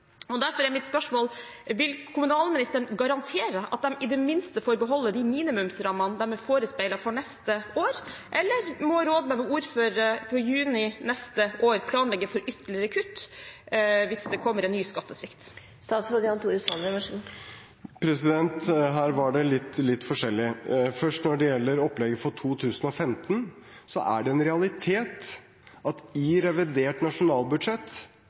år. Derfor er mitt spørsmål: Vil kommunalministeren garantere at de i det minste får beholde de minimumsrammene de er forespeilet for neste år, eller må rådmenn og ordførere i juni neste år planlegge for ytterligere kutt hvis det kommer en ny skattesvikt? Her var det litt forskjellig. Først når det gjelder opplegget for 2015, så er det en realitet at i revidert nasjonalbudsjett,